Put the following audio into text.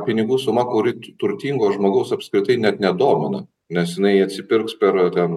pinigų suma kuri turtingo žmogaus apskritai net nedomina nes jinai atsipirks per ten